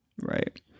Right